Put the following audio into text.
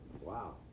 wow